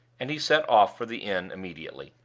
and he set off for the inn immediately